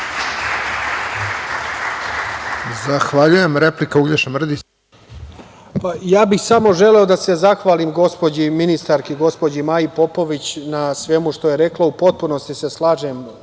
Uglješa Mrdić. **Uglješa Mrdić** Ja bih samo želeo da se zahvalim gospođi ministarki, gospođi Maji Popović na svemu što je rekla. U potpunosti se slažem,